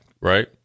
right